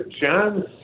John